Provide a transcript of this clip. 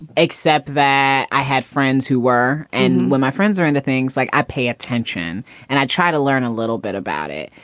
except that i had friends who were. and when my friends are into things like i pay attention and i try to learn a little bit about it.